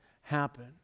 happen